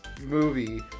movie